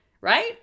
right